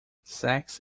sex